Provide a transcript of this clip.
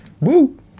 Woo